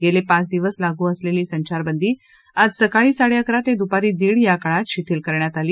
गेले पाच दिवस लागू असलेली संचारबंदी आज सकाळी साडेअकरा ते दुपारी दीड या काळात शिथिल करण्यात आली